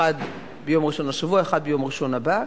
אחד ביום ראשון השבוע, אחד ביום ראשון הבא.